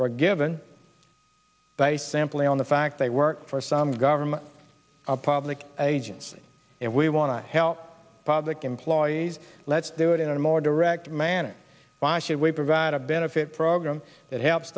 forgiven by simply on the fact they work for some government a public agency and we want to help public employees let's do it in a more direct manner by should we provide a benefit program that helps